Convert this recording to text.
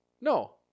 No